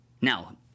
Now